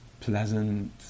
pleasant